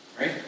Right